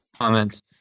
comments